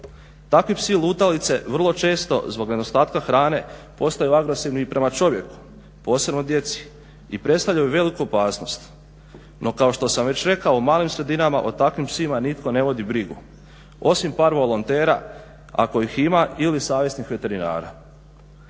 Takvi psi lutalice vrlo često zbog nedostatka hrane postaju agresivni i prema čovjeku posebno djeci i predstavljaju veliku opasnost. No, kao što sam već rekao, u malim sredinama o takvim psima nitko ne vodi brigu osim par volontera ako ih ima ili savjesnih veterinara.